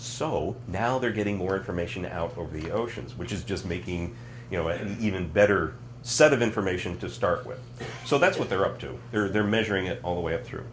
so now they're getting more information out over the oceans which is just making you know a even better set of information to start with so that's what they're up to they're measuring it all the way up through